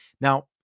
Now